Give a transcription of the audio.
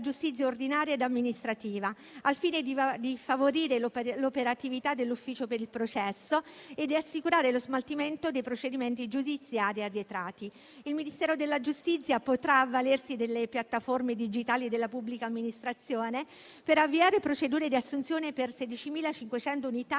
giustizia ordinaria e amministrativa, al fine di favorire l'operatività dell'ufficio per il processo e di assicurare lo smaltimento dei procedimenti giudiziari arretrati. Il Ministero della giustizia potrà avvalersi delle piattaforme digitali della pubblica amministrazione per avviare procedure di assunzione per 16.500 unità